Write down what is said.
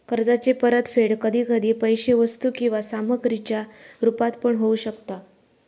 कर्जाची परतफेड कधी कधी पैशे वस्तू किंवा सामग्रीच्या रुपात पण होऊ शकता